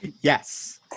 Yes